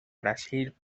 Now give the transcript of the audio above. brasil